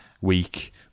week